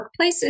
workplaces